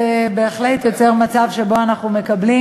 זה בהחלט יוצר מצב שבו אנחנו מקבלים,